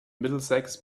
middlesex